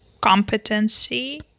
competency